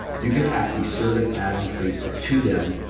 you could actually serve an ad on facebook to them,